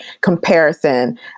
comparison